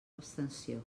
abstenció